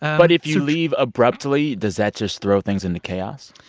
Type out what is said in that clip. but if you leave abruptly, does that just throw things into chaos?